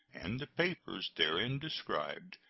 and the papers therein described,